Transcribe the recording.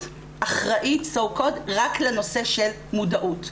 אחראית כביכול רק לנושא של מודעות.